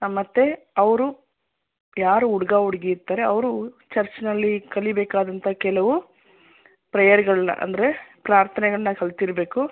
ಮತ್ತೆ ಅವರು ಯಾರು ಹುಡ್ಗ ಹುಡ್ಗಿ ಇರ್ತಾರೆ ಅವರು ಚರ್ಚ್ನಲ್ಲಿ ಕಲಿಬೇಕಾದಂಥ ಕೆಲವು ಪ್ರೇಯರ್ಗಳನ್ನ ಅಂದರೆ ಪ್ರಾರ್ಥನೆಗಳನ್ನ ಕಲಿತಿರಬೇಕು